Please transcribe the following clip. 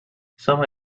some